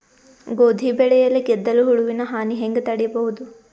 ಗೋಧಿ ಬೆಳೆಯಲ್ಲಿ ಗೆದ್ದಲು ಹುಳುವಿನ ಹಾನಿ ಹೆಂಗ ತಡೆಬಹುದು?